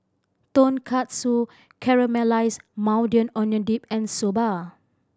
Tonkatsu Caramelize Maui Onion Dip and Soba